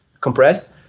compressed